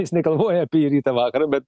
jis negalvoja apie jį rytą vakarą bet